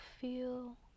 feel